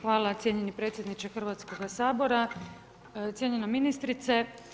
Hvala cijenjeni predsjedniče Hrvatskoga sabora, cijenjena ministrice.